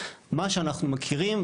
מה שאנחנו מכירים,